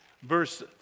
verse